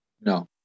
no